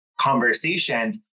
conversations